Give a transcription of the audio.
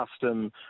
custom